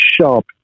sharp